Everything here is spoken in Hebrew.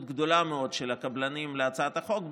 גדולה מאוד של הקבלנים להצעת החוק בטענה,